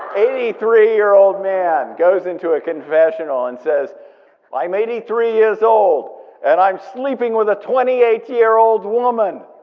eighty three year old man goes into a confessional and says i'm eighty three years old and i'm sleeping with a twenty eight year old woman.